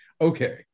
okay